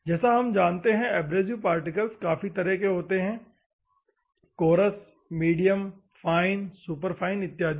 जैसा हम जानते है एब्रेसिव पार्टिकल्स काफी तरह के होते है कोरस मीडियम फाइन सुपरफाइन इत्यादि